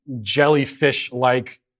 jellyfish-like